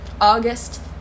August